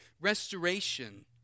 restoration